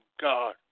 God